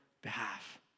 behalf